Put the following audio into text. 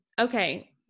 Okay